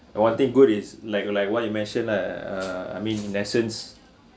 and one thing good is like like what you mentioned lah uh uh I mean lessons